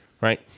right